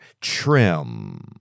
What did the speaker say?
trim